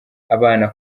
abana